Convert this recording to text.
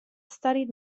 studied